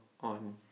on